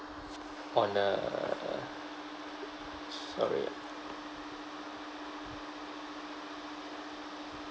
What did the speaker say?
on uh sorry